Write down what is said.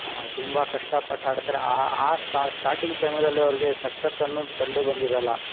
ತುಂಬ ಕಷ್ಟಪಟ್ಟು ಆಡ್ತಾರೆ ಆ ಆ ಸ್ಟಾರ್ಟಿಂಗ್ ಸಮಯದಲ್ಲಿ ಅವ್ರಿಗೆ ಸಕ್ಸಸ್ ಅನ್ನೋದು ಕಂಡು ಬಂದಿರೋಲ್ಲ